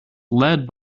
led